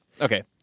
okay